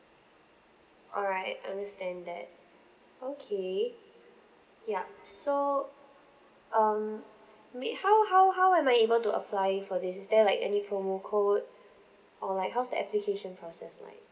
alright understand that okay yup so um maybe how how how am I able to apply for this is there like any promo code or like how's the application process like